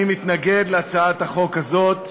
אני מתנגד להצעת החוק הזאת,